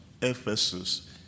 Ephesus